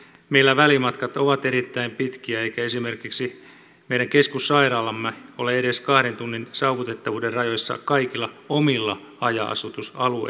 meillä välimatkat ovat erittäin pitkiä eikä esimerkiksi meidän keskussairaalamme ole edes kahden tunnin saavutettavuuden rajoissa kaikilla omilla haja asutusalueillammekaan